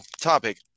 topic